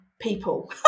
people